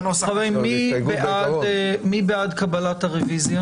קבלת הרביזיה